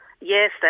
Yes